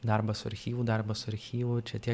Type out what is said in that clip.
darbas su archyvu darbas su archyvu čia tiek